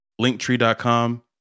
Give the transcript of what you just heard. Linktree.com